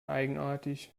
eigenartig